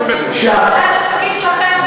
זה התפקיד שלכם עכשיו.